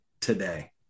today